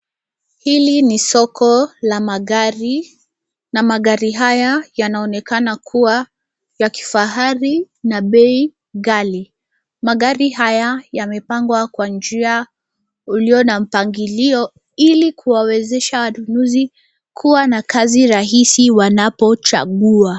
Hili ni soko la magari na magari haya yanaonekana kuwa ya kifahari na bei ghali. Magari haya yamepangwa kwa njia ulio na mpangillio ili kuwawezesha wanunuzi kuwa na kazi rahisi wanapochagua.